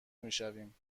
میشویم